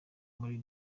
muri